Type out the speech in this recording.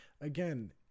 again